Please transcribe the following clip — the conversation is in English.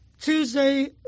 Tuesday